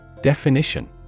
Definition